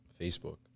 Facebook